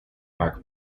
mark